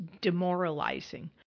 demoralizing